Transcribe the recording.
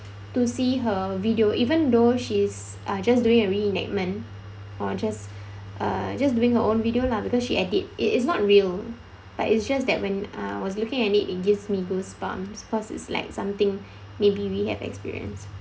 to see her video even though she is uh just doing a reenactment or just uh just doing her own video lah because she edit it is not real but it's just that when uh I was looking at it gives me goosebumps cause it's like something maybe we have experience